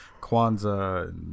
Kwanzaa